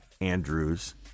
Andrews